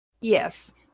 Yes